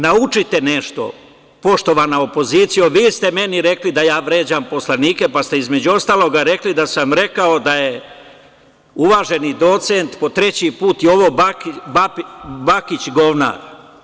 Naučite nešto, poštovana opozicijo, vi ste meni rekli da vređam poslanike, pa ste između ostalog rekli da sam rekao da je uvaženi docent, po treći put Jovo Bakić govnar.